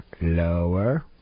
Lower